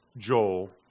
Joel